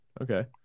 Okay